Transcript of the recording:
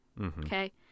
okay